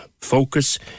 focus